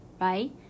right